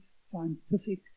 scientific